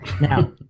Now